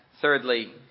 thirdly